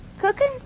Cooking